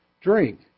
drink